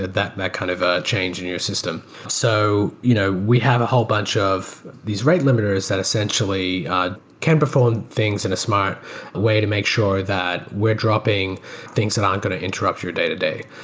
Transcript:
that that kind of ah change in your system so you know we have a whole bunch of these rate limiters that essentially can perform things in a smart way to make sure that we're dropping things that aren't going to interrupt your day-to-day.